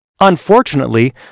Unfortunately